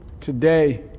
Today